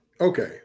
Okay